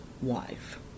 wife